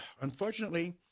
unfortunately